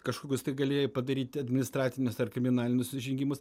kažkokius tai galėjai padaryti administracinius ar kriminalinius nusižengimus